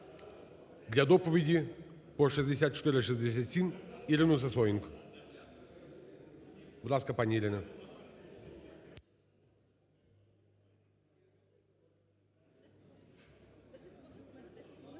для доповіді по 6467 Ірину Сисоєнко. Будь ласка, пані Ірина.